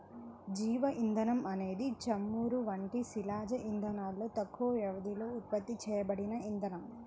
జీవ ఇంధనం అనేది చమురు వంటి శిలాజ ఇంధనాలలో తక్కువ వ్యవధిలో ఉత్పత్తి చేయబడిన ఇంధనం